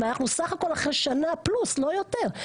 ואנחנו סה"כ אחרי שנה פלוס לא יותר.